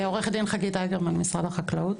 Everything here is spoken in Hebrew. אני עורכת דין במשרד החקלאות.